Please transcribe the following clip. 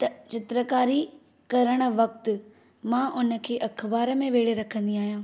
त चित्रकारी करण वक्तु मां हुन खे अख़बार में वेहिड़े रखंदी आहियां